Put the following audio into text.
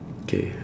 K